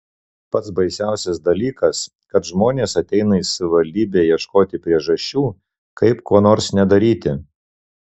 pats baisiausias dalykas kad žmonės ateina į savivaldybę ieškoti priežasčių kaip ko nors nedaryti